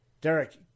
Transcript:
Derek